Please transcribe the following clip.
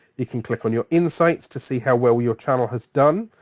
you can click on your insights to see how well your channel has done.